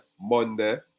monday